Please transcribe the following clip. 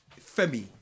femi